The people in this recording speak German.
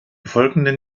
folgenden